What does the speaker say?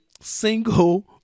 single